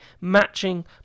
matching